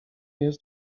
jest